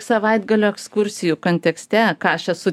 savaitgalio ekskursijų kontekste ką aš esu